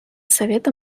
совета